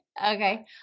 Okay